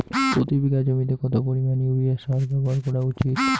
প্রতি বিঘা জমিতে কত পরিমাণ ইউরিয়া সার ব্যবহার করা উচিৎ?